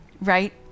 right